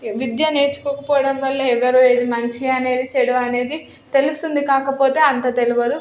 విద్య నేర్చుకోకపోవడం వల్లే ఎవరు ఏది మంచి అనేది చెడు అనేది తెలుస్తుంది కాకపోతే అంత తెలువదు